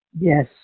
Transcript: Yes